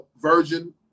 Virgin